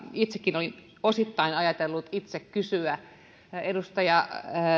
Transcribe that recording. itsekin olin osittain ajatellut kysyä edustaja